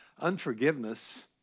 unforgiveness